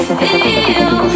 feel